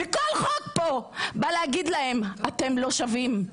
כל חוק בא להגיד להם: אתם לא שווים.